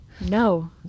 No